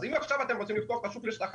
אם עכשיו אתם רוצים לפתוח תחרות,